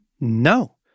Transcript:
no